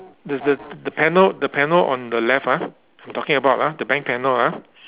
there's the the panel the panel on the left ah I'm talking about ah the bank panel ah